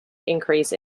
increase